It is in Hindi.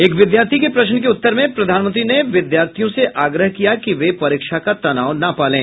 एक विद्यार्थी के प्रश्न के उत्तर में प्रधानमंत्री ने विद्यार्थियों से आग्रह किया कि वे परीक्षा का तनाव न पालें